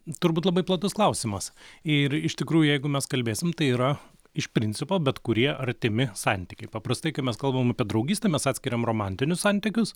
turbūt labai platus klausimas ir iš tikrųjų jeigu mes kalbėsim tai yra iš principo bet kurie artimi santykiai paprastai kai mes kalbam apie draugystę mes atskiriam romantinius santykius